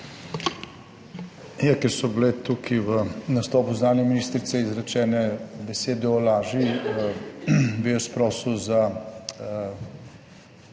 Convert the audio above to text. Ja, ker so bile tukaj v nastopu zunanje ministrice izrečene besede o laži, bi jaz prosil za